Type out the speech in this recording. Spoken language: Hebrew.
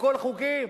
הכול חוקי?